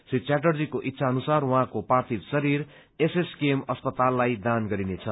श्री च्याटर्जीको इच्छा अनुसार उहाँको पार्थिव शरीर एसएसकेएम अस्पताललाई दान गरिनेछ